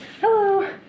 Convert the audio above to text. Hello